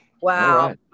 Wow